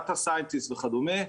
דאטה סיינטיסט וכדומה.